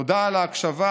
תודה על ההקשבה.